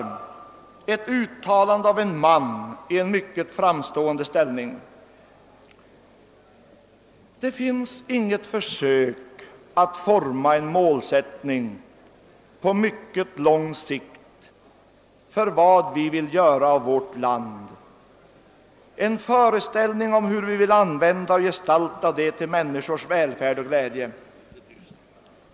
Det är ett uttalande av en man i mycket framstående ställning: >——— Det finns inget försök att forma en målsättning på mycket lång sikt för vad vi vill göra av vårt land, en föreställning om hur vi vill använda och gestalta det till människors välfärd och glädje.